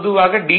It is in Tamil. பொதுவாக டி